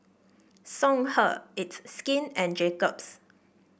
Songhe It's Skin and Jacob's